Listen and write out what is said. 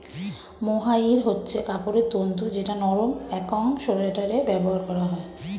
mohair হচ্ছে কাপড়ের তন্তু যেটা নরম একং সোয়াটারে ব্যবহার করা হয়